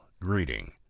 greeting